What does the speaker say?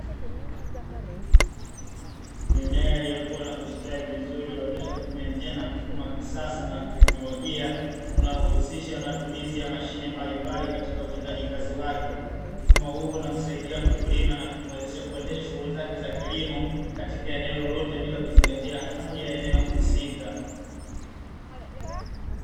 Mkulima anayejihusisha wa mfumo wa kilimo cha kisasa na cha kiteknolojia unaohusisha matumizi ya mashine mbalimbali katika utendaji kazi wake, mfumo huu unamsaidia mkulima kuweza kuendesha shughuli zake za kilimo katika eneo lolote bila kuzingatia hali ya eneno husika.